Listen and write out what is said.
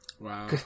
Wow